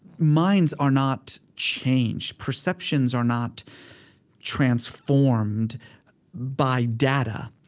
minds are not changed, perceptions are not transformed by data.